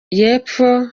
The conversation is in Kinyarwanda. y’epfo